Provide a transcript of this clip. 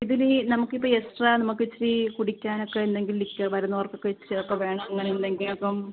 ഇതിൽ ഈ നമക്കിപ്പോൾ എക്സ്ട്രാ നമുക്കിച്ചിരി കുടിക്കാനൊക്കെ എന്തെങ്കിലുമൊക്കെ വരുന്നവർക്കൊക്കെ ഇച്ചിരി ഒക്കെ വേണം അങ്ങനെ എന്തെങ്കിലും അപ്പം